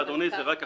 אדוני, זה רק עכשיו.